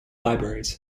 libraries